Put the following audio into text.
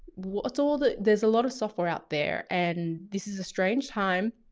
what's all the, there's a lot of software out there, and this is a strange time,